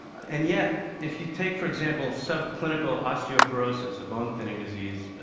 and yet, if you take, for example, subclinical osteoporosis, a bone thinning disease,